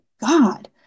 God